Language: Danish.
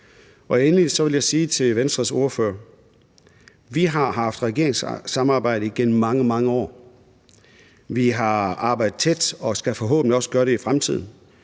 Endelig vil jeg sige til Venstres ordfører: Vi har haft et regeringssamarbejde igennem mange, mange år. Vi har arbejdet tæt og skal forhåbentlig også gøre det i fremtiden.